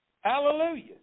Hallelujah